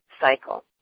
cycle